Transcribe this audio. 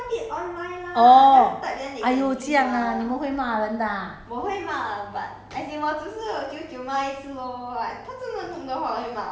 then 你你他你会打电话跟他讲还是 orh !aiyo! 这样 ah 你们会骂人的 ah